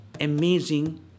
amazing